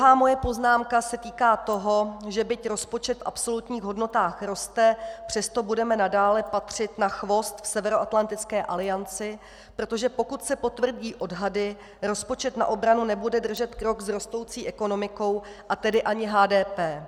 Druhá moje poznámka se týká toho, že byť rozpočet v absolutních hodnotách roste, přesto budeme nadále patřit na chvost v Severoatlantické alianci, protože pokud se potvrdí odhady, rozpočet na obranu nebude držet krok s rostoucí ekonomikou, a tedy ani HDP.